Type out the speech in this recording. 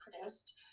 produced